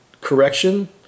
correction